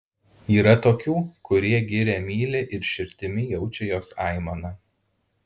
yra tokių kurie girią myli ir širdimi jaučia jos aimaną